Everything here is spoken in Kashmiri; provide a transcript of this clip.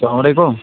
سلامُ علیکُم